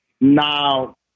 Now